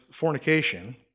fornication